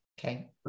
Okay